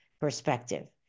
perspective